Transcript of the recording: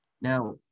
Now